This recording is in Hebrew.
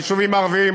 ביישובים הערביים,